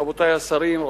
רבותי השרים,